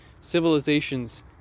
civilizations